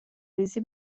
ریزی